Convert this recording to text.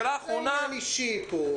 זה עניין אישי.